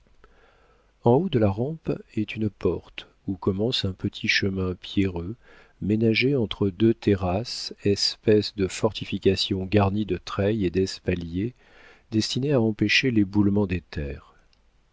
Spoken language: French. en haut de la rampe est une porte où commence un petit chemin pierreux ménagé entre deux terrasses espèces de fortifications garnies de treilles et d'espaliers destinées à empêcher l'éboulement des terres